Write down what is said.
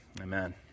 Amen